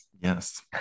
Yes